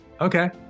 Okay